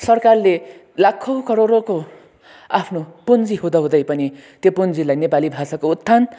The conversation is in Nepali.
सरकारले लाखौँ करोडौँको आफ्नो पुँजी हुँदा हुँदै पनि त्यो पुँजीलाई नेपाली भाषाको उत्थान